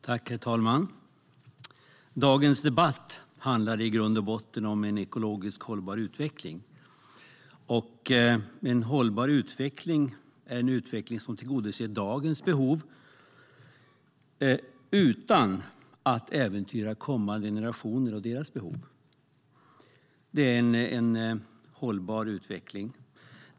Herr talman! Dagens debatt handlar i grund och botten om en ekologiskt hållbar utveckling. En hållbar utveckling är en utveckling som tillgodoser dagens behov utan att äventyra kommande generationer och deras behov. Det är en hållbar utveckling.